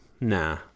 Nah